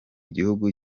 gihugu